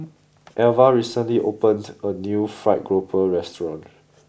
Alva recently opened a new Fried Grouper restaurant